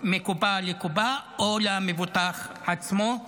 מקופה לקופה או למבוטח עצמו.